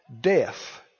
death